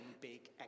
big